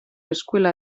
escuela